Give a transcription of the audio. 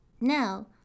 Now